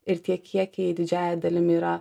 ir tie kiekiai didžiąja dalim yra